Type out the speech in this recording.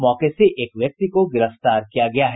मौके से एक व्यक्ति को गिरफ्तार किया गया है